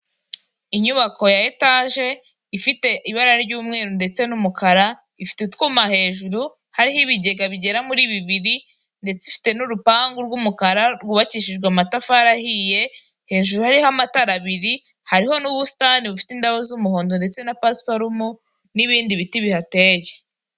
inyubako ya etaje ifite ibara ry'umweru ndetse n'umukara, ifite utwuma hejuru hariho ibigega bigera muri bibiri ndetse ifite n'urupangu rw'umukara rwubakishijwe amatafari ahiye, hejuru hariho amatara abiri, hariho n'ubusitani bufite indabo z'umuhondo ndetse na pasiparumu n'ibindi biti bihateye.